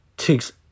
takes